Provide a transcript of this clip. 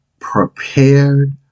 prepared